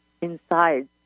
inside